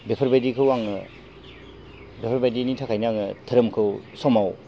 बेफोरबादिखौ आङो बेफोरबादिनि थाखायनो आङो धोरोमखौ समाव